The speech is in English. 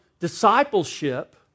discipleship